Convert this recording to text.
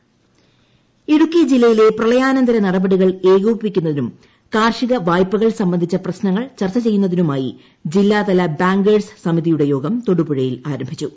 കാർഷിക വായ്പ ഇടുക്കി ജില്ലയിലെ പ്രളയാനന്തര നടപടികൾ ഏകോപിപ്പിക്കുന്നതിനും കാർഷിക വായ്പകൾ സംബന്ധിച്ച പ്രശ്നങ്ങൾ ചർച്ച ചെയ്യുന്നതിനുമായി ജില്ലാതല ബാങ്കേഴ്സ് സമിതിയുടെ യോഗം തൊടുപുഴയിൽ ആരംഭിച്ചു